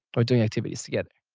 or doing activities together.